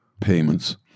payments